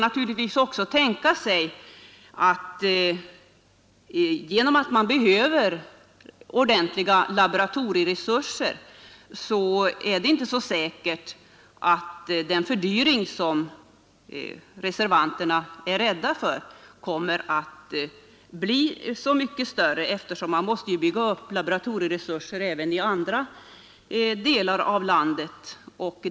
Eftersom det behövs ordentliga laboratorieresurser är det inte så säkert att den fördyring som reservanterna är rädda för kommer att bli så mycket mindre om deras förslag antas. Man måste ju i så fall bygga upp laboratorieresurser även i andra delar av landet.